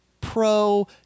pro